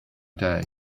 day